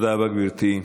תודה רבה, גברתי.